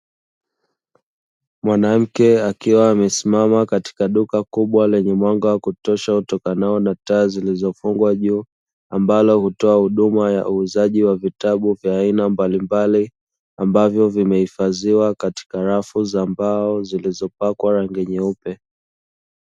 Mwanamke akiwa amesimama katika duka kubwa lenye mwanga wa kutosha utokanao na taa zilizofungwa juu, ambalo hutoa huduma ya uuzaji wa vitabu vya aina mbalimbali, ambavyo vimehifadhiwa katika rafu za mbao, zilizopakwa rangi nyeupe.